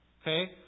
Okay